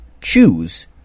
choose